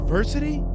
Diversity